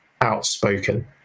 outspoken